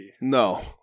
No